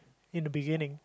in the beginning